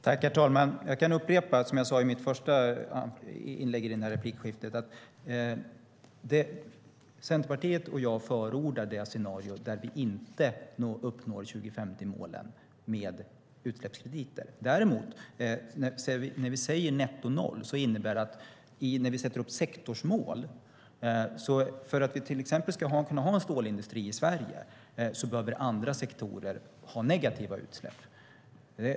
Herr talman! Jag kan upprepa det jag sade i mitt första inlägg i det här replikskiftet. Det Centerpartiet och jag förordar är ett scenario där vi inte uppnår 2050-målen med utsläppskrediter. När vi däremot säger netto noll innebär det att när vi sätter upp sektorsmål för att till exempel kunna ha en stålindustri i Sverige behöver andra sektorer ha negativa utsläpp.